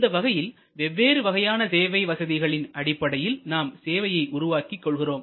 இந்த வகையில் வெவ்வேறு வகையான சேவை வசதிகளின் அடிப்படையில் நாம் சேவையைப் உருவாக்கிக் கொள்கிறோம்